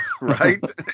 right